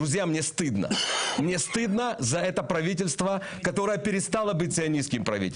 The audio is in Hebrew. אומר דברים בשפה הרוסית.